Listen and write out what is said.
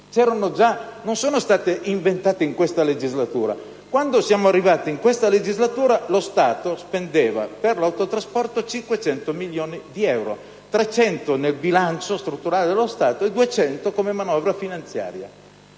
non sono stati inventati in questa legislatura. Quando siamo arrivati in questa legislatura, lo Stato spendeva per l'autotrasporto 500 milioni di euro: 300 milioni nel bilancio strutturale dello Stato e 200 milioni come manovra finanziaria.